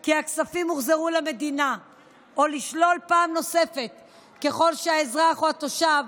כי הכספים הוחזרו למדינה או לשלול פעם נוספת אם האזרח או התושב